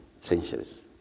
centuries